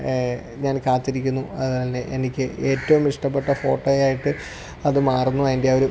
ഞാൻ കാത്തിരിക്കുന്നു അതുപോലെ തന്നെ എനിക്ക് ഏറ്റവും ഇഷ്ടപ്പെട്ട ഫോട്ടോയായിട്ട് അത് മാറുന്നു അതിന്റെ ആ ഒരു